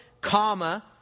comma